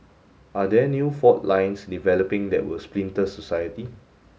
are there new fault lines developing that will splinter society